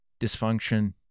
dysfunction